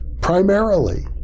primarily